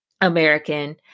American